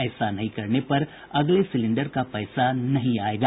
ऐसा नहीं करने पर अगले सिलेंडर का पैसा नहीं आयेगा